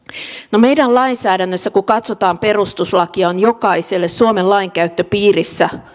no meidän lainsäädännössä kun katsotaan perustuslakia on jokaiselle suomen lainkäyttöpiirissä